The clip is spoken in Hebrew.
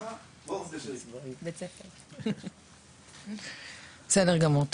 --- בסדר גמור.